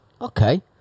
Okay